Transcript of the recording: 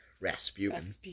Rasputin